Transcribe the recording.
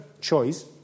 choice